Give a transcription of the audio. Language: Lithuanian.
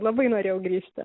labai norėjau grįžti